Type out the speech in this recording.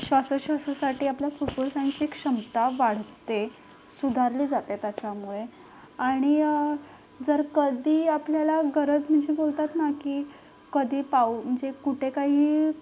श्वासोश्वासासाठी आपल्या फुप्फुसांची क्षमता वाढते सुधारली जाते त्याच्यामुळे आणि जर कधी आपल्याला गरज म्हणजे बोलतात ना की कधी पाऊ म्हणजे कुठे काही